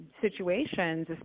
situations